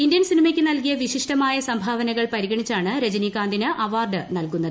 Indian സിനിമയ്ക്ക് നൽകിയ വിശിഷ്ടമായ സംഭാവനകൾ പരിഗണിച്ചാണ് രജനീകാന്തിന് അവാർഡ് നൽകുന്നത്